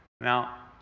Now